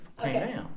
Okay